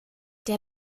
der